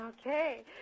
Okay